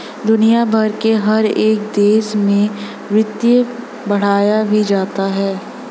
दुनिया भर के हर एक देश में वित्त पढ़ाया भी जाता है